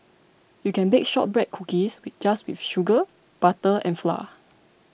you can bake Shortbread Cookies just with sugar butter and flour